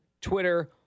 Twitter